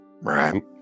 right